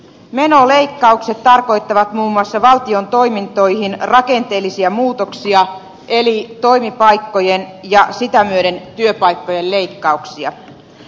menoleikkaukset tarkoittavat muun muassa valtion toimintoihin rakenteellisia muutoksia eli toimipaikkojen ja sitä myöten työpaikkojen leikkauksia